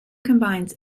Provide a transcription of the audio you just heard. combines